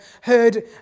heard